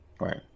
Right